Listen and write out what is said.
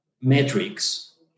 metrics